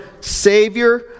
Savior